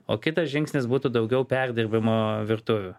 o kitas žingsnis būtų daugiau perdirbimo virtuvių